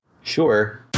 sure